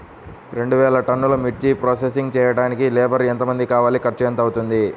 రెండు వేలు టన్నుల మిర్చి ప్రోసెసింగ్ చేయడానికి లేబర్ ఎంతమంది కావాలి, ఖర్చు ఎంత అవుతుంది?